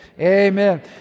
amen